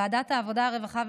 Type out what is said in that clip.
ועדת העבודה, הרווחה